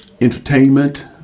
entertainment